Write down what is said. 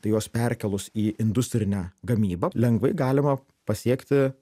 tai juos perkėlus į industrinę gamybą lengvai galima pasiekti